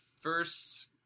first